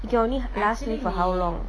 it can only last me for how long